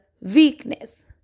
weakness